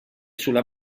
sulla